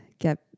get